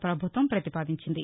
ప్రపభుత్వం ప్రతిపాదించింది